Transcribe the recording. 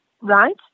Right